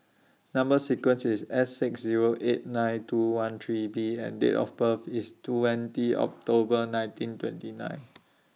Number sequence IS S six Zero eight nine two one three B and Date of birth IS twenty October nineteen twenty nine